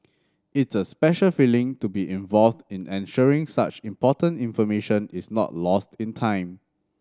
it's a special feeling to be involved in ensuring such important information is not lost in time